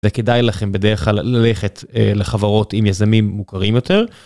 וכדאי לכם בדרך כלל ללכת לחברות עם יזמים מוכרים יותר.